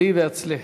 עלי והצליחי.